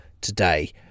today